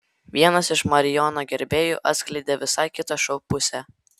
vienas iš marijono gerbėjų atskleidė visai kitą šou pusę